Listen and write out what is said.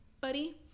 buddy